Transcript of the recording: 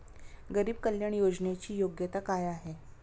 गरीब कल्याण योजनेची योग्यता काय आहे?